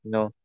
No